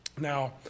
Now